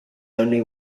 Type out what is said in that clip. only